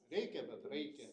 reikia bet raikia